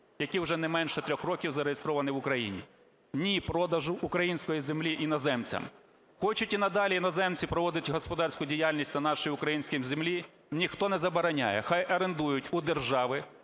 які вже не менше 3 років зареєстровані в Україні. Ні – продажу української землі іноземцям. Хочуть і надалі іноземці проводити господарську діяльність на нашій українській землі, ніхто не забороняє, хай орендують у держави